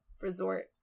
resort